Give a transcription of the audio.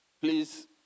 please